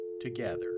together